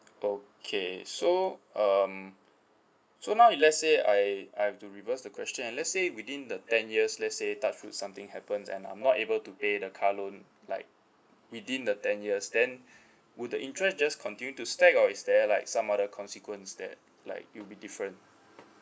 okay so um so now let's say I I've to reverse the question ah let's say within the ten years let's say touch wood something happens and I'm not able to pay the car loan like within the ten years then would the interest just continue to stack or is there like some other consequence that like it'll be different